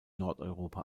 nordeuropa